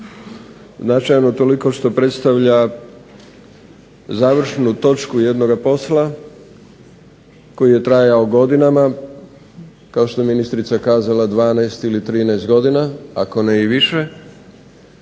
Značajan utoliko što predstavlja završnu točku jednog posla koji je trajao godinama, kao što je ministrica kazala 12 ili 13 godina ako ne i više